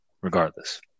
regardless